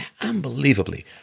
Unbelievably